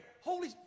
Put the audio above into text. Holy